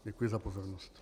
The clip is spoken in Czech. Děkuji za pozornost.